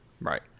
right